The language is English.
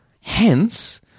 Hence